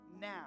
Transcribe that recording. now